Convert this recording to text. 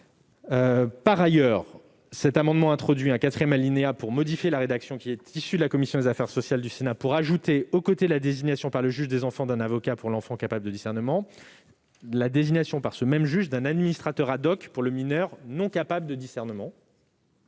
Par ailleurs, cet amendement vise à introduire un quatrième alinéa modifiant le texte issu de la commission des affaires sociales du Sénat pour y ajouter, aux côtés de la désignation par le juge des enfants d'un avocat pour l'enfant capable de discernement, la désignation par ce même juge d'un administrateur pour le mineur non capable de discernement.